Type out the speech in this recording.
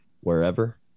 wherever